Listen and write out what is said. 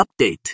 update